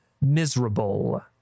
miserable